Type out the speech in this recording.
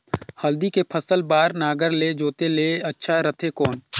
हल्दी के फसल बार नागर ले जोते ले अच्छा रथे कौन?